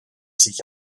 sich